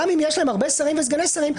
גם אם יש להם הרבה שרים וסגני שרים,